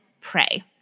pray